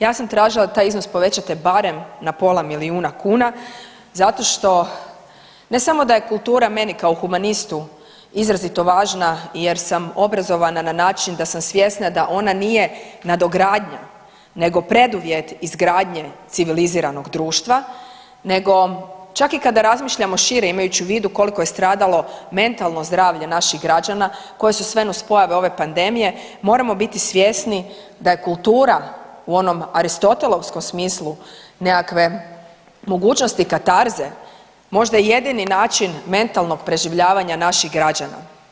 Ja sam tražila da taj iznos povećate barem na pola milijuna kuna zato što ne samo da je kultura meni kao humanistu izrazito važna jer sam obrazovana na način da sam svjesna da ona nije nadogradnja nego preduvjet izgradnje civiliziranog društva, nego čak i kada razmišljam šire imajući u vidu koliko je stradalo mentalno zdravlje naših građana, koje su sve nus pojave ove pandemije moramo biti svjesni da je kulture u onom aristotelovskom smislu nekakve mogućnosti katarze možda jedini način mentalnog preživljavanja naših građana.